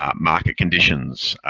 um market conditions,